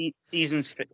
season's